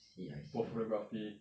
I see I see